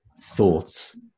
thoughts